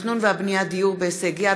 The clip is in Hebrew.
התכנון והבנייה (דיור בהישג יד),